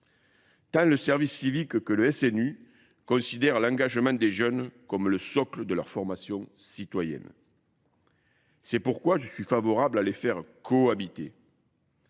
Tant le service civique que le SNU considère l'engagement des jeunes comme le socle de leur formation citoyenne. C'est pourquoi je suis favorable à les faire cohabiter.